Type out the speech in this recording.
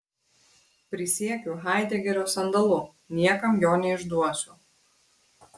prisiekiu haidegerio sandalu niekam jo neišduosiu